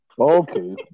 Okay